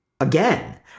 again